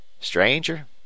Stranger